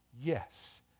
Yes